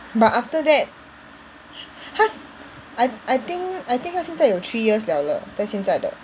but after that 她 I I think I think 她现在有 three years liao 了在现在的